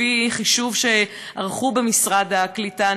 לפי חישוב שערכו במשרד הקליטה,